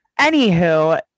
Anywho